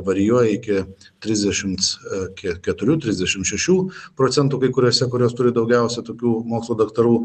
varijuoja iki trisdešimt keturių trisdešimt šešių procentų kai kuriose kurios turi daugiausiai tokių mokslų daktarų